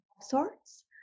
sorts